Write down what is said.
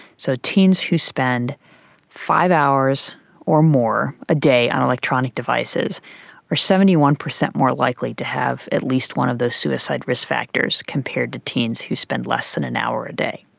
so teens who spend five hours or more a day on electronic devices are seventy one percent more likely to have at least one of those suicide risk factors compared to teens who spend less than an hour a day.